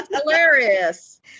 hilarious